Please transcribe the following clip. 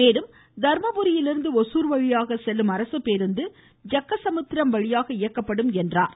மேலும் தர்மபுரியிலிருந்து ஓசூர் வழியாக செல்லும் அரசு பேருந்து ஜக்கசமுத்திரம் வழியாக இயக்கப்படுவதாக அவர் கூறினார்